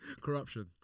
Corruption